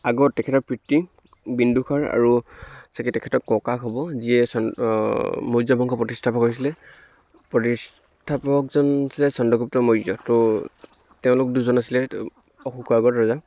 আগত তেখেতৰ পিতৃ বিন্দুসাৰ আৰু চাগৈ তেখেতৰ ককাক হ'ব যিয়ে চন মৌৰ্য্য় বংশ প্ৰতিষ্ঠাপক কৰিছিলে প্ৰতিষ্ঠাপকজন হৈছে চন্দ্ৰগুপ্ত মৌৰ্য্য় ত' তেওঁলোক দুজন আছিলে অশোকৰ আগত ৰজা